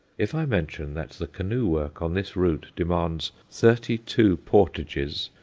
if i mention that the canoe-work on this route demands thirty-two portages,